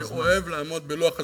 אני אוהב לעמוד בלוח הזמנים.